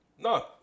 no